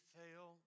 fail